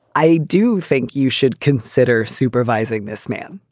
i do think you should consider supervising this man.